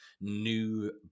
new